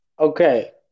Okay